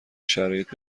شرایط